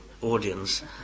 audience